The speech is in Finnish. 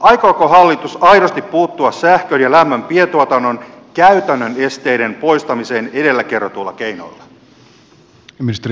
aikooko hallitus aidosti puuttua sähkön ja lämmön pientuotannon käytännön esteiden poistamiseen edellä kerrotuilla keinoilla